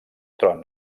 tron